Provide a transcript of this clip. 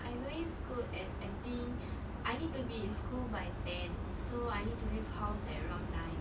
I going school at I think I need to be in school by ten so I need to leave house at around nine